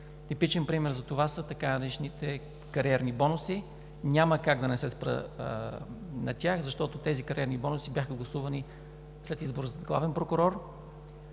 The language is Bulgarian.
Типичен пример за това са така наречените кариерни бонуси – няма как да не се спра на тях, защото тези кариерни бонуси бяха гласувани след избора за главен прокурор